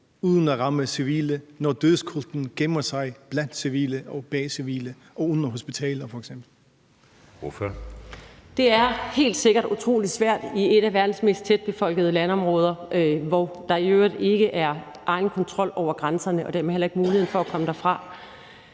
Anden næstformand (Jeppe Søe): Ordføreren. Kl. 15:19 Trine Pertou Mach (EL): Det er helt sikkert utrolig svært i et af verdens mest tætbefolkede landområder, hvor der i øvrigt ikke er egen kontrol over grænserne og dermed heller ikke mulighed for at komme derfra.